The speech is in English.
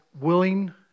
willing